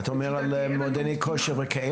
אתה מתכוון למועדוני כושר?